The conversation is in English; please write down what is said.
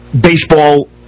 baseball